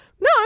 no